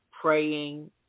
praying